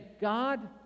God